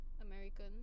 American